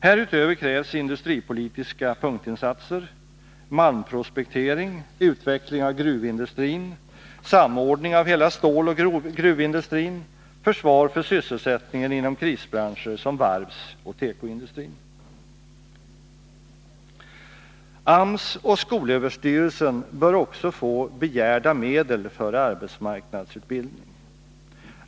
Härutöver krävs industripolitiska punktinsatser: malmprospektering, utveckling av gruvindustrin, samordning av hela ståloch gruvindustrin, försvar för sysselsättningen inom krisbranscher som varvsoch tekoindustrin. AMS och skolöverstyrelsen bör också få begärda medel för arbetsmarknadsutbildning.